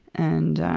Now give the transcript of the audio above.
and